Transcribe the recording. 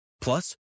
Plus